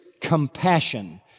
compassion